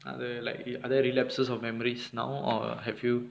are there like other relapses of memories now or have you